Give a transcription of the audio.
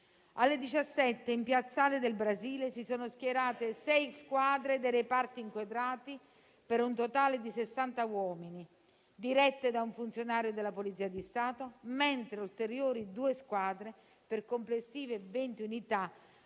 ore 17, in Piazzale del Brasile si sono schierate sei squadre dei reparti inquadrati, per un totale di 60 uomini, dirette da un funzionario della Polizia di Stato, mentre ulteriori due squadre, per complessive venti unità,